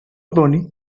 toni